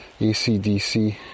ACDC